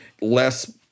less